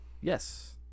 yes